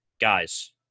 Guys